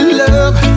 love